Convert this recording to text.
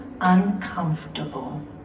uncomfortable